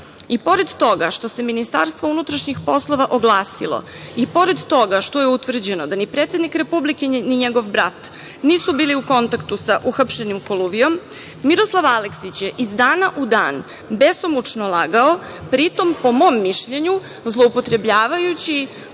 toga što se MUP oglasilo, i pored toga što je utvrđeno da ni predsednik Republike, ni njegov vrat nisu bili u kontaktu sa uhapšenim Koluvijom, Miroslav Aleksić je iz dana u dan besomučno lagao, pri tom, po mom mišljenju, zloupotrebljavajući